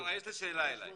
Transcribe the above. שרה, יש לי שאלה אלייך.